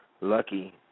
Lucky